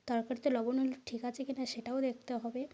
তরকারিতে লবণ হলে ঠিক আছে কি না সেটাও দেখতে হবে